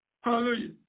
Hallelujah